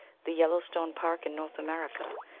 the yellow stone park in north america,